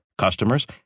customers